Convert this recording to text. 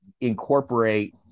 incorporate